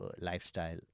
lifestyle